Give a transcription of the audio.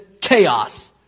chaos